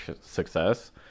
success